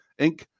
Inc